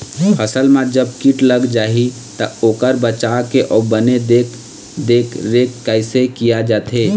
फसल मा जब कीट लग जाही ता ओकर बचाव के अउ बने देख देख रेख कैसे किया जाथे?